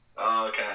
Okay